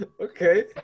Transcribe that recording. Okay